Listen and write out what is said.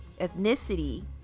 ethnicity